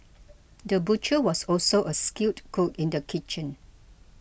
the butcher was also a skilled cook in the kitchen